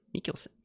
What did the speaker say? Mikkelsen